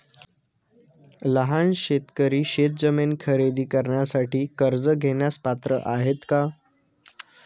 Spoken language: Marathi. लहान शेतकरी शेतजमीन खरेदी करण्यासाठी कर्ज घेण्यास पात्र आहेत का?